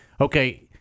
okay